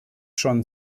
schon